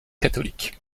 catholique